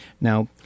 Now